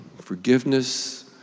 forgiveness